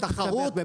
תחרות,